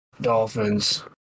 dolphins